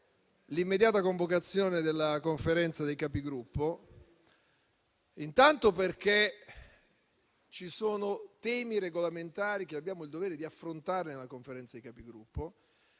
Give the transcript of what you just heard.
l'immediata convocazione della Conferenza dei capigruppo, intanto perché ci sono temi regolamentari che abbiamo il dovere di affrontare in quella sede. Abbiamo